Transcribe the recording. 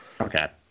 Okay